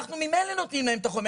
אנחנו ממילא נותנים להם את החומר,